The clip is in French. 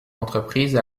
entreprise